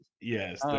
Yes